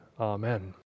Amen